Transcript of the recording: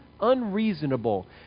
unreasonable